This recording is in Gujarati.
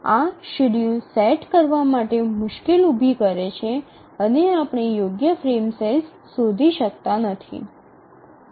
આ શેડ્યૂલ સેટ કરવા માટે મુશ્કેલ ઊભી કરે છે અને આપણે યોગ્ય ફ્રેમ સાઇઝ શોધી શકતા નથી